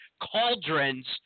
cauldrons